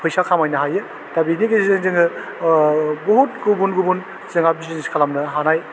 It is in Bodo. फैसा खामायनो हायो दा बिनि गेजेरजों जोङो ओह बुहुत गुबुन गुबुन जोंहा बिजनेस खालामनो हानाय